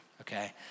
okay